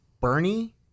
Bernie